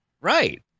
right